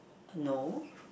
no